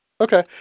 Okay